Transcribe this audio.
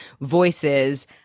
Voices